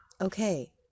Okay